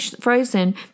frozen